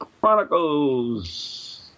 Chronicles